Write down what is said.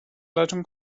leitung